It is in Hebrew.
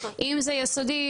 אם זה יסודי,